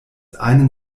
einen